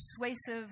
persuasive